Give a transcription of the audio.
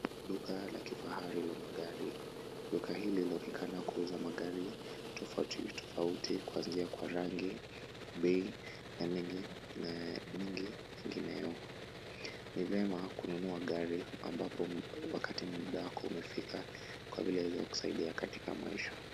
Duka la kifahari la magari. Duka hili linaonekana kuuza magari tofauti tofauti kuanzia kwa rangi, bei na mengi mengineyo. Ni vyema kununua gari ambapo wakati wako umefika kwa vile inaweza kusaidia katika maisha.